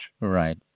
Right